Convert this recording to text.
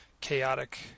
chaotic